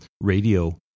radio